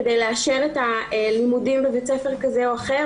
כדי לאשר את הלימודים בבית ספר כזה או אחר,